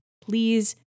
Please